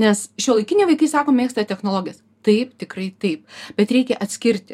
nes šiuolaikiniai vaikai sako mėgsta technologijas taip tikrai taip bet reikia atskirti